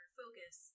focus